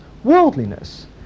worldliness